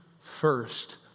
first